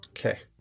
Okay